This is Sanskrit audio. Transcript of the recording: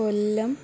कोल्लम्